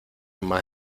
más